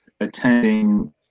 attending